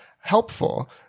helpful